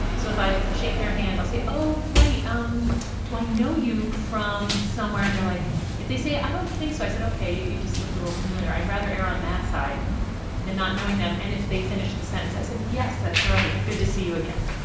so if i shake their hand i'll say, oh, right, um do i know you from somewhere? and they're like if they say, i don't think so, i said, ok, you you just looked a little familiar. i'd rather err on that side than not knowing them. and if they finish the sentence, i said, yes, that's right. good to see you again.